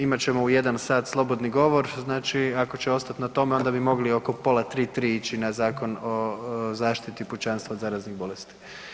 Imat ćemo u jedan sat slobodni govor, ako će ostati na tome onda bi mogli oko pola tri, tri ići na Zakon o zaštiti pučanstva od zaraznih bolesti.